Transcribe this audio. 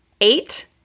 Eight